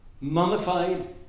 Mummified